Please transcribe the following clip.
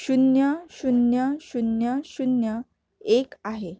शून्य शून्य शून्य शून्य एक आहे